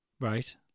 right